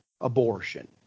abortion